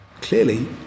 clearly